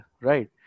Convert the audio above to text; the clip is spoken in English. right